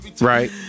Right